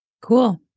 Cool